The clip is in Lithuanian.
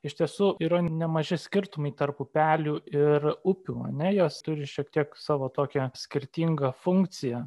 iš tiesų yra nemaži skirtumai tarp upelių ir upių ar ne jos turi šiek tiek savo tokią skirtingą funkciją